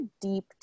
deep